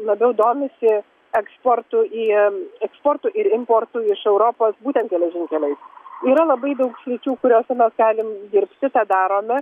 labiau domisi eksportu į eksportu ir importu iš europos būtent geležinkeliais yra labai daug sričių kuriose mes galim dirbti tą darome